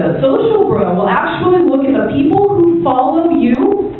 row will actually look at the people who follow you